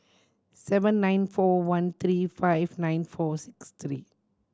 seven nine four one three five nine four six three